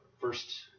first